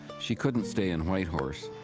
she couldn't stay in whitehorse.